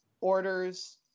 orders